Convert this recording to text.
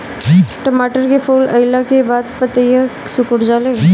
टमाटर में फूल अईला के बाद पतईया सुकुर जाले?